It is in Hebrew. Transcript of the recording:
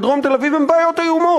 בדרום תל-אביב הן בעיות איומות,